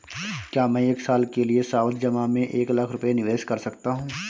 क्या मैं एक साल के लिए सावधि जमा में एक लाख रुपये निवेश कर सकता हूँ?